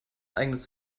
eigenes